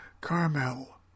Carmel